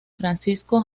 francisco